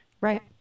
Right